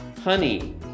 honey